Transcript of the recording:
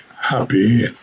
happy